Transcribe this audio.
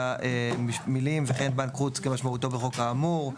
את המילים "וכן בנק חוץ כמשמעותו בחוק האמור".